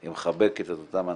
היא מחבקת את אותם אנשים,